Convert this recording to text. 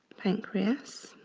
pancreas